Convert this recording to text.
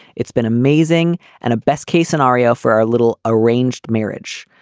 it's been amazing and a best case scenario for our little arranged marriage.